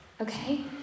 Okay